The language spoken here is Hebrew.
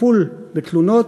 טיפול בתלונות,